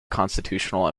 constitutional